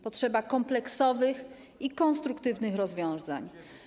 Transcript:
Potrzeba kompleksowych i konstruktywnych rozwiązań.